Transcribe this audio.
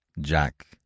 Jack